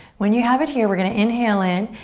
when you have it here, we're gonna inhale in,